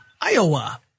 Iowa